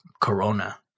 Corona